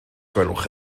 gwelwch